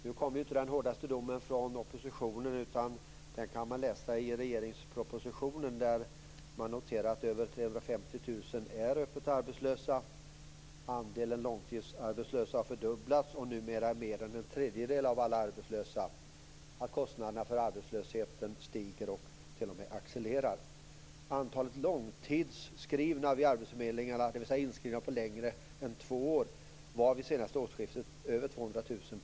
Nu kommer inte den hårdaste domen från oppositionen, utan den står att läsa i regeringspropositionen, där det noteras att över 350 000 är öppet arbetslösa, att andelen långtidsarbetslösa har fördubblats och numera utgör mer än en tredjedel av alla arbetslösa samt att kostnaderna för arbetslösheten stiger och t.o.m. accelererar. Antalet långtidsinskrivna vid arbetsförmedlingarna, dvs. sådana som varit inskrivna längre tid än två år, var vid det senaste årsskiftet över 200 000.